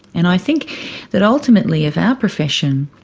and i think that ultimately if our profession,